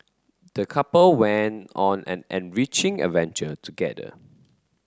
the couple went on an enriching adventure together